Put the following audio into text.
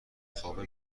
خوابه